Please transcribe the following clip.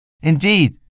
Indeed